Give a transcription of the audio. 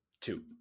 two